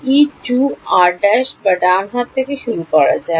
E2 r′ বা ডান হাত থেকে শুরু করা যাক